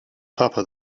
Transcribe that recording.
papa